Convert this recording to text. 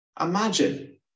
Imagine